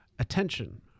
Attention